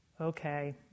okay